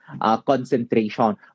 concentration